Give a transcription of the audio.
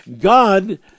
God